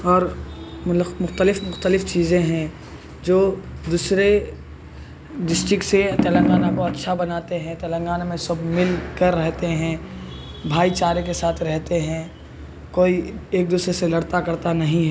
اور مختلف مختلف چیزیں ہیں جو دوسرے ڈسٹركٹ سے تلنگانہ كو اچّھا بناتے ہيں تلنگانہ ميں سب مل کر رہتے ہیں بھائی چارے کے ساتھ رہتے ہیں کوئی ایک دوسرے سے لڑتا کڑتا نہیں ہے